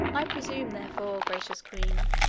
i presume, therefore, gracious queen,